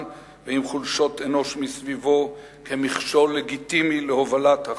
ועם חולשות אנוש מסביבו כמכשול לגיטימי להובלת החזון.